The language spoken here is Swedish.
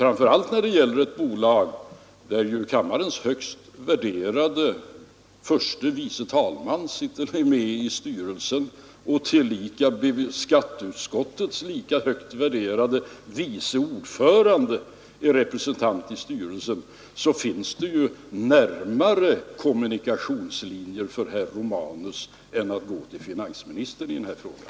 Framför allt när det gäller ett bolag där kammarens högt värderade förste vice talman sitter med i styrelsen, och tillika skatteutskottets lika högt värderade vice ordförande är representant i styrelsen, finns det närmare kommunikationslinjer för herr Romanus än att gå till finansministern i den här frågan.